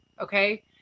Okay